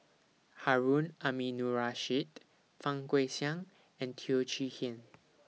Harun Aminurrashid Fang Guixiang and Teo Chee Hean